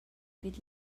vid